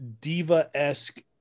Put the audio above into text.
diva-esque